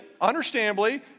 understandably